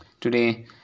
today